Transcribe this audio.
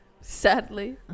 sadly